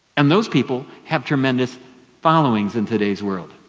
and those people have tremendous followings in today's world.